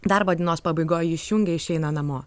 darbo dienos pabaigoj jį išjungia išeina namo